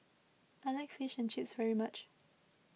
I like Fish and Chips very much